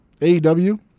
AEW